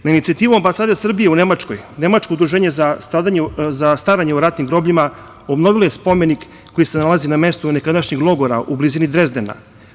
Na inicijativu Ambasade Srbije u Nemačkoj, Nemačko udruženje za staranje o ratnim grobljima obnovilo je spomenik koji se nalazi na mestu nekadašnjeg logora u blizini Drezdena.